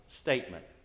statement